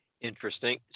interesting